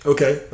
Okay